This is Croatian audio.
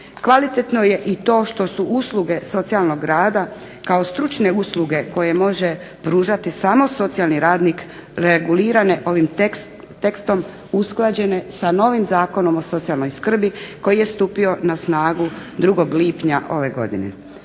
Kvalitetno je i to što su usluge socijalnog rada kao stručne usluge koje može pružati samo socijalni radnik regulirane ovim tekstom usklađenje sa novim Zakonom o socijalnoj skrbi koji je stupio na snagu 2. lipnja ove godine.